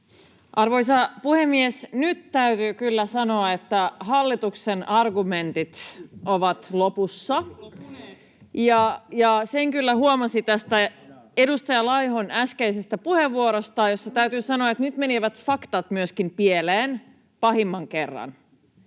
Arvoisa puhemies! Nyt täytyy kyllä sanoa, että hallituksen argumentit ovat lopussa, [Hanna Sarkkinen: Loppuneet!] ja sen kyllä huomasi tästä edustaja Laihon äskeisestä puheenvuorosta, josta täytyy sanoa, että nyt menivät myöskin faktat pieleen pahemman kerran.